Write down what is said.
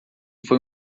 foi